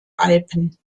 alpen